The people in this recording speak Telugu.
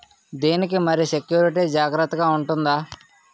దీని కి మరి సెక్యూరిటీ జాగ్రత్తగా ఉంటుందా?